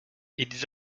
ils